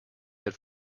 had